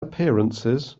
appearances